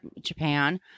Japan